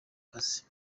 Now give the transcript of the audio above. kazi